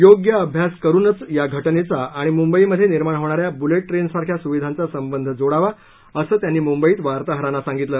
योग्य अभ्यास करूनच या घटनेचा आणि मुंबईमध्ये निर्माण होणा या बुलेट ट्रेनसारख्या सुविधांचा संबंध जोडावा असं त्यांनी मुंबईत वार्ताहरांना सांगितलं